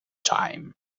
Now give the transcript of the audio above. time